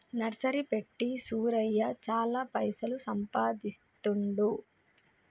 nursery పెట్టి సూరయ్య చాల పైసలు సంపాదిస్తాండు